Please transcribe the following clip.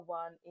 one